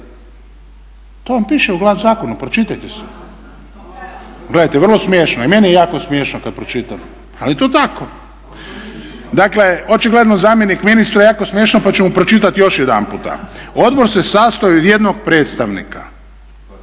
To vam piše u zakonu. Pročitajte si. Gledajte vrlo smiješno. I meni je jako smiješno kada pročitam ali je to tako. Dakle očigledno je zamjeniku ministra jako smiješno pa ću mu pročitati još jedanputa. Odbor se sastoji od jednog predstavnika